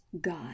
God